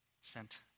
sent